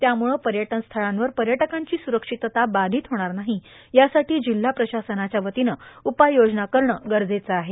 त्यामुळं पर्यटन स्थळांवर पर्यटकांची सुरक्षितता बाधित होणार नाही यासाठी जिल्हा प्रशासनाच्या वतीनं उपाययोजना करणं गरजेचं आहे